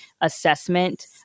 assessment